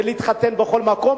להתחתן בכל מקום,